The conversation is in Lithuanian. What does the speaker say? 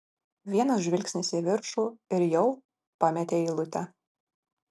vienas žvilgsnis į viršų ir jau pametei eilutę